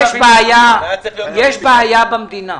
יש בעיה במדינה,